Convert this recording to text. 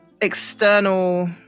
external